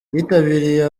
yitabiriye